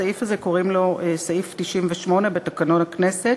הסעיף הזה, קוראים לו סעיף 98 בתקנון הכנסת.